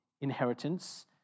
inheritance